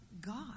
God